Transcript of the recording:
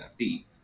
NFT